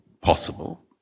possible